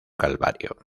calvario